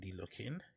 looking